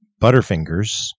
Butterfingers